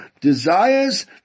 desires